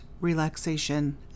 relaxation